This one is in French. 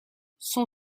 son